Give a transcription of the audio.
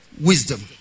wisdom